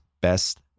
best